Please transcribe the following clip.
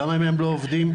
כמה מהם לא עובדים,